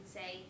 say